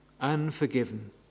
unforgiven